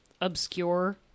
obscure